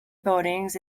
buildings